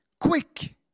quick